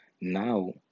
now